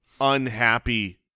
unhappy